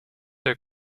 der